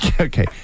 Okay